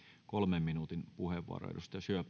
kolmen minuutin puheenvuoroja